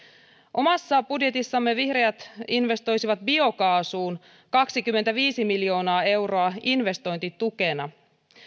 omassa budjetissamme vihreät investoisivat biokaasuun kaksikymmentäviisi miljoonaa euroa investointitukena